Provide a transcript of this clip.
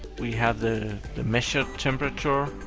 we have the the measured temperature,